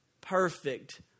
perfect